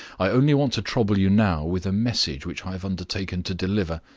i only want to trouble you now with a message which i have undertaken to deliver.